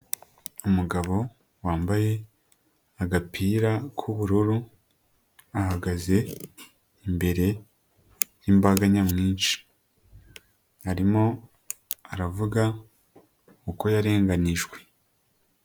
Umugabo wambaye agapira k'ubururu, ahagaze imbere yimbaga nyamwinshi, arimo aravuga uko yarenganyijwe.